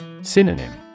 Synonym